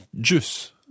juice